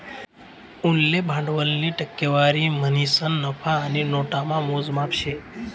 उनले भांडवलनी टक्केवारी म्हणीसन नफा आणि नोटामा मोजमाप शे